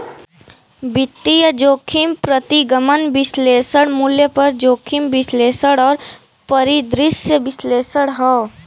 वित्तीय जोखिम प्रतिगमन विश्लेषण, मूल्य पर जोखिम विश्लेषण और परिदृश्य विश्लेषण हौ